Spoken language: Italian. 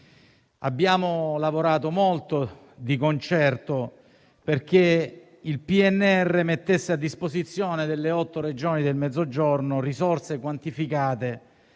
Abbiamo lavorato molto di concerto perché il PNRR mettesse a disposizione delle otto Regioni del Mezzogiorno risorse quantificate